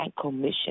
commission